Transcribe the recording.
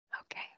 okay